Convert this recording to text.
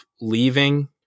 leaving